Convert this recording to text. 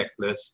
checklist